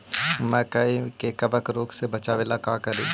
मकई के कबक रोग से बचाबे ला का करि?